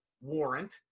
Warrant